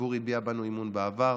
הציבור הביע בנו אמון בעבר,